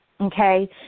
okay